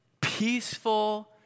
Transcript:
peaceful